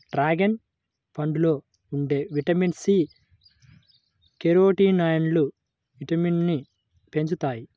dragon పండులో ఉండే vitamin C, కెరోటినాయిడ్లు ఇమ్యునిటీని పెంచుతాయి